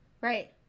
Right